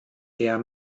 der